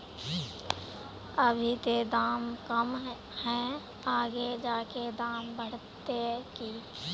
अभी ते दाम कम है आगे जाके दाम बढ़ते की?